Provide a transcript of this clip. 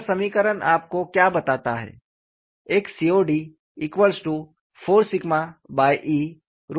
यह समीकरण आपको क्या बताता है